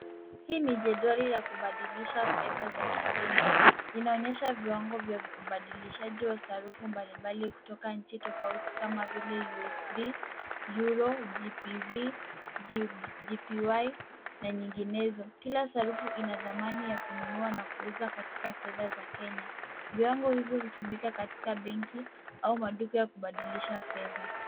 Hii ni jedwali ya kubadilisha fedha za kigeni, inaonyesha viwango vya ubadilishaji wa sarafu mbalimbali kutoka nchi tofauti kama vile USD, EURO, GPV, GPY na nyinginezo. Kila sarafu ina dhamani ya kununua na kuuza katika fedha ya Kenya. Viwango hivyo hutumika katika benki au maduka ya kubadilisha fedha.